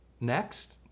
next